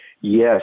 Yes